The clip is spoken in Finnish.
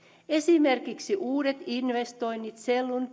esimerkiksi uudet investoinnit sellun